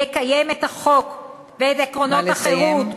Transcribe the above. יקיים את החוק ואת עקרונות החירות,